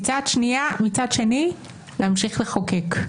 מצד שני, להמשיך לחוקק.